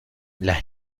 las